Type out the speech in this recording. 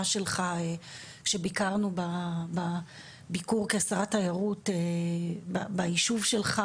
שלך שביקרנו בביקור כשרת תיירות בישוב שלך,